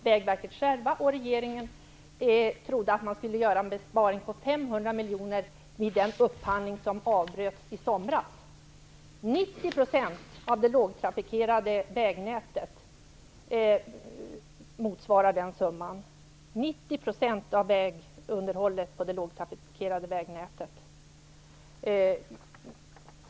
Vägverket och regeringen trodde att man vid den upphandling som avbröts i somras skulle göra en besparing på 500 miljoner. Det motsvarar 90 % av vägunderhållet på det lågtrafikerade vägnätet.